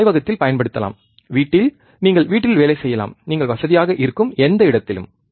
நீங்கள் ஆய்வகத்தில் பயன்படுத்தலாம் வீட்டில் நீங்கள் வீட்டில் வேலை செய்யலாம் நீங்கள் வசதியாக இருக்கும் எந்த இடத்திலும்